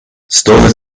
stall